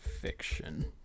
fiction